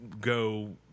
go